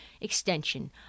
extension